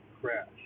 crash